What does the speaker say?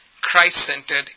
Christ-centered